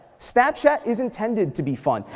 snapchat is intended to be fun,